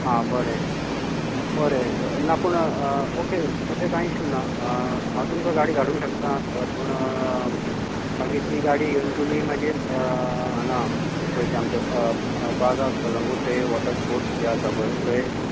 हां बरें बरें ना पूण ओके तशे कांय इशू ना हांव तुमकां गाडी धाडूंक शकता पूण मागीर ती गाडी घेवन तुमी मागीर हांगा खंय ते आमचे हांगां बागा कलंगूट थंय वोटर स्पोर्टस जे आसा पय थंय